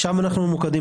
שם אנחנו ממוקדים.